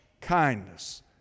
kindness